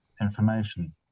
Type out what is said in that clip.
information